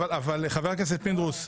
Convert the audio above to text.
חבר הכנסת פינדרוס,